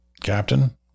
Captain